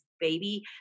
baby